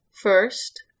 first